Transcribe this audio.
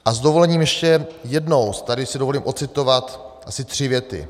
A s dovolením ještě jednou si tady dovolím odcitovat asi tři věty: